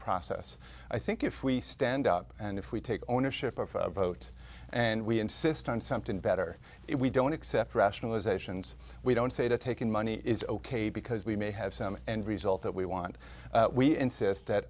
process i think if we stand up and if we take ownership of a vote and we insist on something better if we don't accept rationalizations we don't say to taking money is ok because we may have some end result that we want we insist that